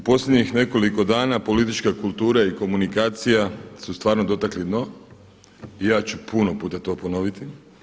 U posljednjih nekoliko dana politička kultura i komunikacija su stvarno dotakli dno i ja ću puno puta to ponoviti.